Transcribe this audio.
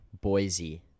Boise